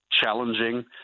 challenging